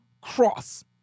cross